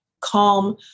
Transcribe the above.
calm